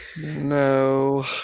No